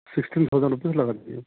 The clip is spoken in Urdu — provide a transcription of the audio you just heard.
سکسٹین تھاؤزنڈ روپیز لگا دیئے